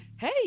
Hey